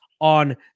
on